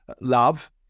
love